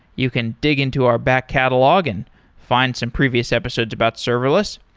you can dig into our back catalogue and find some previous episodes about serverless.